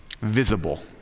visible